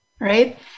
right